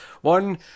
One